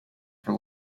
for